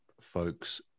folks